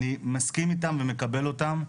אני מסכים איתם ומקבל אותם,